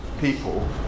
people